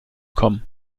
kommen